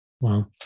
Wow